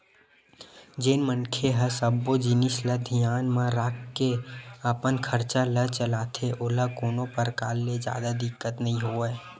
जेन मनखे ह सब्बो जिनिस ल धियान म राखके अपन खरचा ल चलाथे ओला कोनो परकार ले जादा दिक्कत नइ होवय